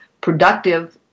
productive